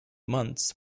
months